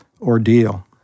ordeal